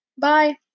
Bye